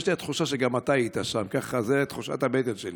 יש לי התחושה שגם אתה היית שם, זו תחושת הבטן שלי.